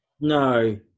No